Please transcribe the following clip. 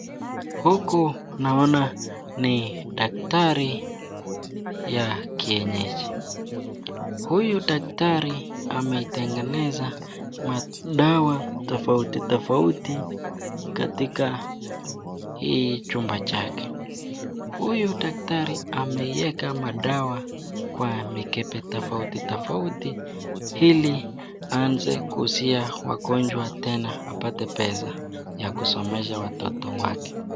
Huku naona ni daktari ya kienyeji, huyu daktari anatengeneza madawa tafauti tafauti katika hii chumba chake, huyu daktari ameieka madawa kwa mikebe tafauti tafauti ili aanze kuuzia wagonjwa tena apate pesa ya kusomesha watoto wake.